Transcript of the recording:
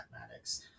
mathematics